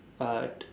art